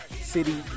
City